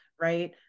right